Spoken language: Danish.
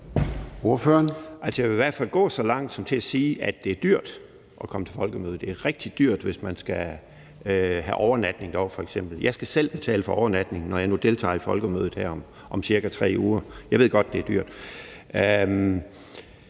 Jeg vil i hvert fald gå så langt som til at sige, at det er dyrt at komme til Folkemødet. Det er rigtig dyrt, hvis man f.eks. skal have overnatning derovre. Jeg skal selv betale for overnatning, når jeg nu deltager i Folkemødet her om ca. 3 uger. Jeg ved godt, det er dyrt.